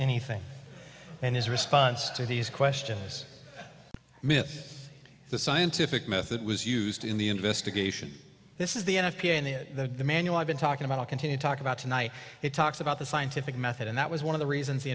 anything and his response to these questions is the scientific method was used in the investigation this is the n f p a in the manual i've been talking about i'll continue to talk about tonight it talks about the scientific method and that was one of the reasons the